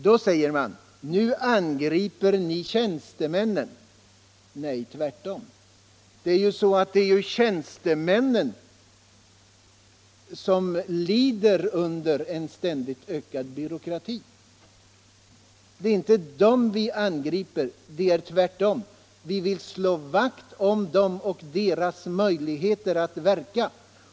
Då säger man: Nu angriper ni tjänstemännen. Men det är ju tvärtom. Det är ju tjänstemännen som lider under den ständigt ökande byråkratin. Det är inte dem vi angriper. Vi vill tvärtom slå vakt om tjänstemännen och deras möjligheter att verka.